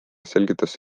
selgitas